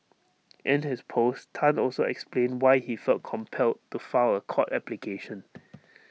in his post Tan also explained why he felt compelled to file A court application